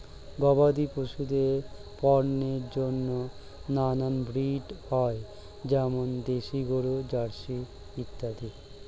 গবাদি পশুদের পণ্যের জন্য নানান ব্রিড হয়, যেমন দেশি গরু, জার্সি ইত্যাদি